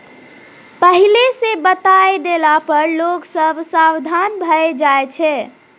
पहिले सँ बताए देला पर लोग सब सबधान भए जाइ छै